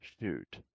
Shoot